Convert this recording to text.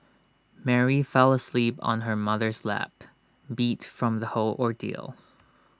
Mary fell asleep on her mother's lap beat from the whole ordeal